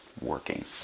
working